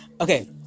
Okay